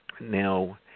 Now